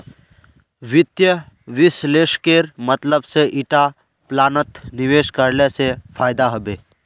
वित्त विश्लेषकेर मतलब से ईटा प्लानत निवेश करले से फायदा हबे